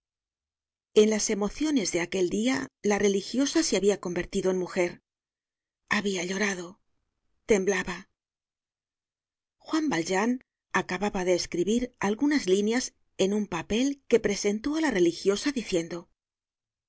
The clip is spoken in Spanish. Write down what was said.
en las emociones de aquel dia la religiosa se habia convertido en mujer habia llorado temblaba juan valjean acababa de escribir algunas líneas en un papel que presentó á la religiosa diciendo